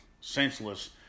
senseless